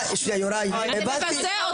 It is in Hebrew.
יוראי, הבנתי,